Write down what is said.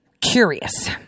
curious